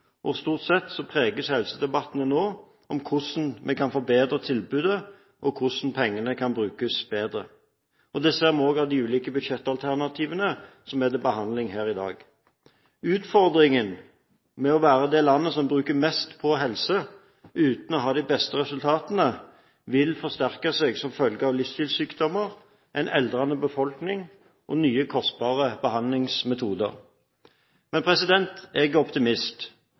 og stort sett preges helsedebattene nå av hvordan vi kan forbedre tilbudet, og hvordan pengene kan brukes bedre. Det ser vi også av de ulike budsjettalternativene som er til behandling her i dag. Utfordringen med å være det landet som bruker mest på helse – uten å ha de beste resultatene – vil forsterke seg som følge av livsstilssykdommer, en aldrende befolkning og nye kostbare behandlingsmetoder. Men jeg er optimist.